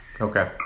Okay